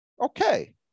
okay